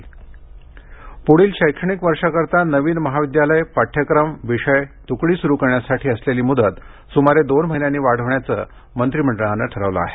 प्ढील शैक्षणिक वर्षाकरिता नवीन महाविद्यालय पाठ्यक्रम विषय तुकडी सुरु करण्यासाटी असलेली मुदत सुमारे दोन महिन्यांनी वाढविण्याचं मंत्रीमंडळानं ठरवलं आहे